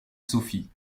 sophie